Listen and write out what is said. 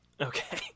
Okay